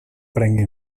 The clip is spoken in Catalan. prengui